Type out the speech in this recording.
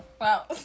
Wow